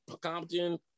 compton